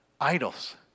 idols